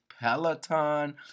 Peloton